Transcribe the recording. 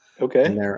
Okay